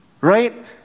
right